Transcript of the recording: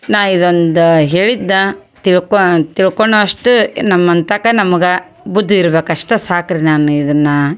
ನಾನು ಇದೊಂದು ಹೇಳಿದ್ದು ತಿಳ್ಕೋ ತಿಳ್ಕೊಳಾಷ್ಟು ನಮ್ಮಂತಕ ನಮ್ಗೆ ಬುದ್ಧಿ ಇರ್ಬೇಕು ಅಷ್ಟೇ ಸಾಕು ರೀ ನಾನು ಇದನ್ನು